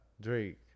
Drake